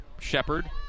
Shepard